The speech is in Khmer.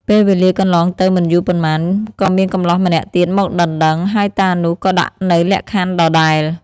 ពេលវេលាកន្លងទៅមិនយូរប៉ុន្មាន ក៏មានកម្លោះម្នាក់ទៀតមកដណ្ដឹង ហើយតានោះក៏ដាក់នូវលក្ខខណ្ឌដដែល។